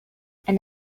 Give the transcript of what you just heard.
and